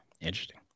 Interesting